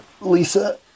Lisa